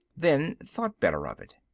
then thought better of it.